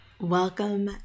Welcome